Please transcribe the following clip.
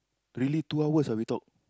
really two hours ah we talk